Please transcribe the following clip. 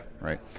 Right